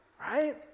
right